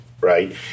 right